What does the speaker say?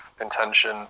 intention